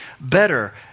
better